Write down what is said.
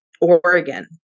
Oregon